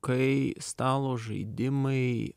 kai stalo žaidimai